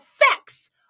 effects